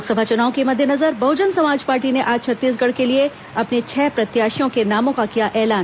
लोकसभा चुनाव के मद्देनजर बहजन समाज पार्टी ने आज छत्तीसगढ़ के लिए अपने छह प्रत्याशियों के नामों का किया ऐलान